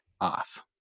off